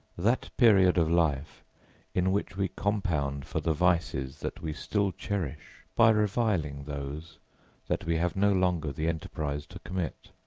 that period of life in which we compound for the vices that we still cherish by reviling those that we have no longer the enterprise to commit.